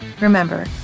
Remember